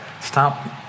Stop